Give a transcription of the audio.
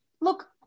Look